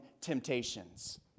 temptations